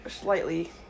slightly